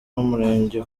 w’umurenge